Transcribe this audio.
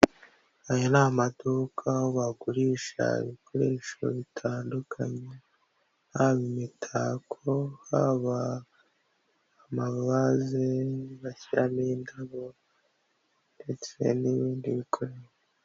Aya ni amaduka bagurisha ibikoresho bitandukanye haba imitako, haba amavaze bashyiramo indabo ndetse n'ibindi bikoresho.